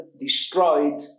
destroyed